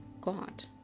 God